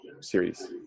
series